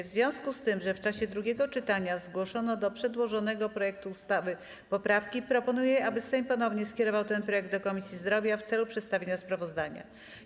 W związku z tym, że w czasie drugiego czytania zgłoszono do przedłożonego projektu ustawy poprawki, proponuję, aby Sejm ponownie skierował ten projekt do Komisji Zdrowia w celu przedstawienia sprawozdania.